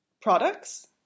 products